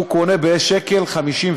הוא קונה ב-1.54 שקל,